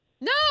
No